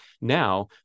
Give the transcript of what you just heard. Now